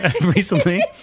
recently